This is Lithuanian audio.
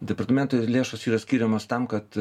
departamentui lėšos yra skiriamos tam kad